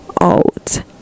out